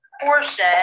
portion